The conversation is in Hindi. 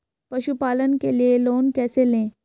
पशुपालन के लिए लोन कैसे लें?